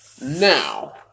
Now